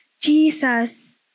Jesus